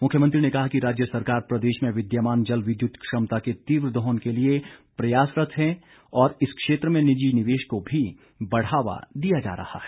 मुख्यमंत्री ने कहा कि राज्य सरकार प्रदेश में विद्यमान जल विद्युत क्षमता के तीव्र दोहन के लिए प्रयासरत है और इस क्षेत्र में निजी निवेश को भी बढ़ावा दिया जा रहा है